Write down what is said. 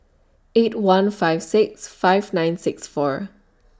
eight one five six five nine six four